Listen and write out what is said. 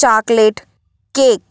chocolate cake